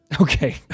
Okay